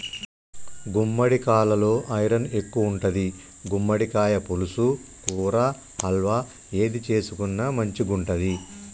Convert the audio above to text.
గుమ్మడికాలలో ఐరన్ ఎక్కువుంటది, గుమ్మడికాయ పులుసు, కూర, హల్వా ఏది చేసుకున్న మంచిగుంటది